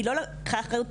היא לא לקחה אחריות,